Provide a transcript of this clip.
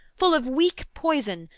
full of weak poison,